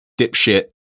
dipshit